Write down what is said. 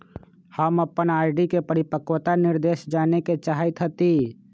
हम अपन आर.डी के परिपक्वता निर्देश जाने के चाहईत हती